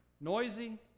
noisy